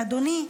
אדוני,